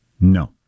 No